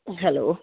hello